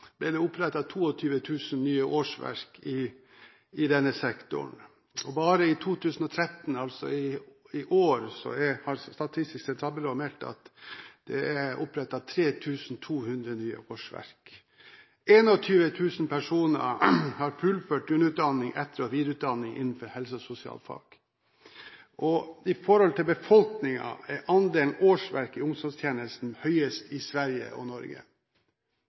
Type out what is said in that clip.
ble det opprettet 22 000 nye årsverk i denne sektoren. Bare i 2013, altså i år, har Statistisk sentralbyrå meldt at det er opprettet 3 200 nye årsverk. 21 000 personer har fullført grunnutdanning, etter- og videreutdanning innenfor helse- og sosialfag. I forhold til befolkningen er andelen årsverk i omsorgstjenesten høyest i Sverige og Norge.